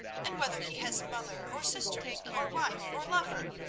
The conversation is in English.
and whether he has mother, or sisters, or wife, or lover?